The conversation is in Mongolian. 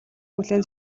хүлээн